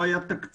לא היה תקציב,